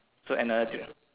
so another diff